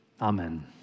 Amen